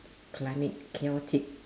climate chaotic